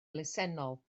elusennol